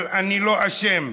אבל אני לא אשם,